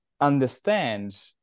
understand